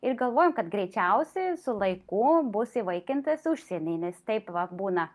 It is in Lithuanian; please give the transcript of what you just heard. ir galvojom kad greičiausiai su laiku bus įvaikintas užsieny nes taip va būna